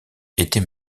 était